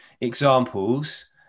examples